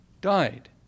died